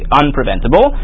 unpreventable